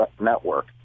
network